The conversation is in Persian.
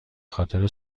خاطر